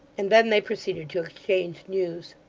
and then they proceeded to exchange news.